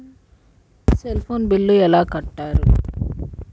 Cell phone bill ఎలా కట్టారు?